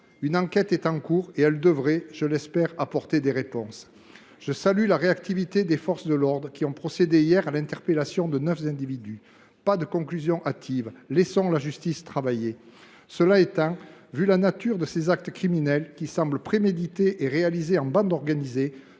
Une enquête est en cours, qui devrait, je l’espère, apporter des réponses. Je salue la réactivité des forces de l’ordre, qui ont procédé hier à l’interpellation de neuf individus. Gardons nous de tirer des conclusions hâtives, laissons la justice travailler ! Cela dit, au regard de la nature de tels actes criminels, qui semblent prémédités et réalisés en bande organisée,